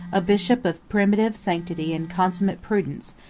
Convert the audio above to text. a bishop of primitive sanctity and consummate prudence,